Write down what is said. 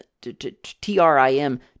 T-R-I-M